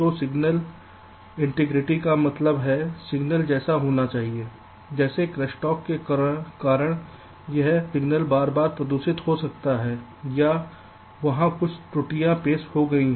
तो signal integrity का मतलब है सिग्नल जैसा होना चाहिए लेकिन क्रोसस्टॉक के कारण यह सिग्नल बार बार प्रदूषित हो रहा है या वहां कुछ त्रुटि पेश की गई है